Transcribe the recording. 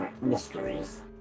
mysteries